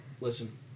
Listen